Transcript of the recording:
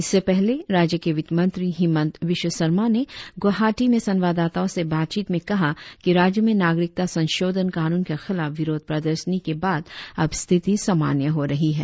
इससे पहले राज्य के वित्तमंत्री हिमंत बिस्व सरमा ने गुवाहाटी में संवाददाताओं से बातचीत में कहा कि राज्य में नागरिकता संशोधन कानून के खिलाफ विरोध प्रदर्शनी के बाद अब स्थिति सामान्य हो रही है